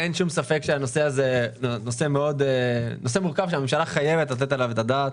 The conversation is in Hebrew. אין ספק שהנושא הזה הוא נושא מורכב שהממשלה חייבת לתת עליו את הדעת.